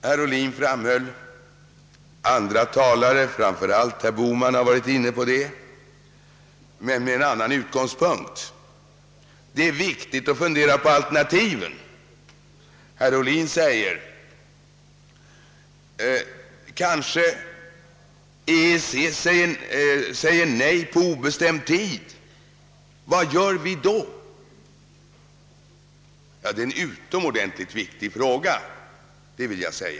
Herr Ohlin framhöll något som också andra talare, framför allt herr Bohman, varit inne på men från en annan utgångspunkt, nämligen att det är viktigt att fundera Över alternativen. Herr Ohlin sade: Kanske säger EEC nej på obestämd tid — vad gör vi då? Det är en utomordentligt viktig fråga.